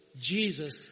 Jesus